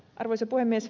arvoisa puhemies